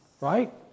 right